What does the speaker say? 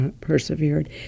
persevered